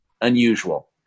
unusual